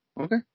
okay